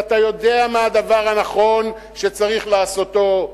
ואתה יודע מה הדבר הנכון שצריך לעשותו,